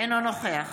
אינו נוכח